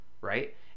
right